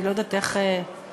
אני לא יודעת איך להגיד את זה.